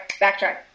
Backtrack